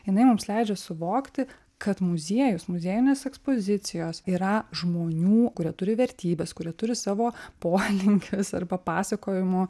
jinai mums leidžia suvokti kad muziejus muziejinės ekspozicijos yra žmonių kurie turi vertybes kurie turi savo polinkius ar papasakojimo